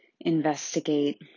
investigate